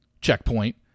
checkpoint